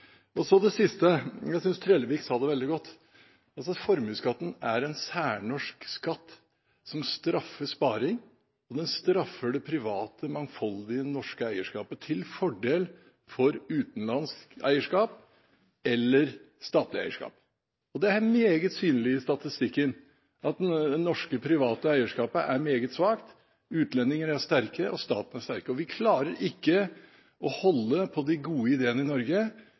Så det siste: Jeg synes Trellevik sa det veldig godt: Formuesskatten er en særnorsk skatt, som straffer sparing, og den straffer det private, mangfoldige norske eierskapet til fordel for utenlandsk eierskap eller statlig eierskap. Og det er meget synlig i statistikken at det norske private eierskapet er meget svakt, at utlendinger er sterke, og at staten er sterk. Vi klarer ikke å holde på de gode ideene i Norge.